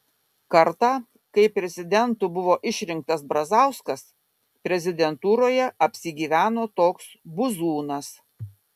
kartą kai prezidentu buvo išrinktas brazauskas prezidentūroje apsigyveno toks buzūnas